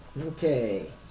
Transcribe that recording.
Okay